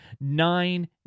nine